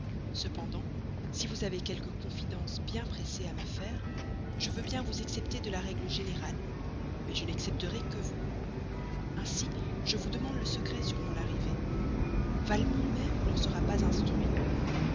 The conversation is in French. cependant si vous avez quelque confidence bien pressée à me faire je veux bien vous excepter de la règle générale mais je n'excepterai que vous ainsi je vous demande le secret sur mon arrivée valmont même n'en sera pas instruit